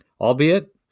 albeit